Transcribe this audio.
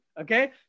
okay